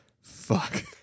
Fuck